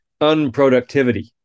unproductivity